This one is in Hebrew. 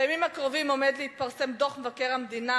בימים הקרובים עומד להתפרסם דוח מבקר המדינה,